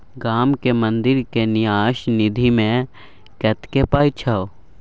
गामक मंदिरक न्यास निधिमे कतेक पाय छौ